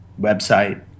website